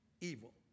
evil